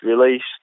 released